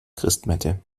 christmette